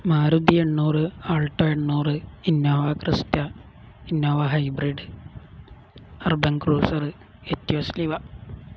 മാരുതി എണ്ണൂറ് ആൾട്ടോ എണ്ണൂറ് Innova Crysta Innova hybrid urban cruiser Etios ലിവ